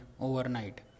overnight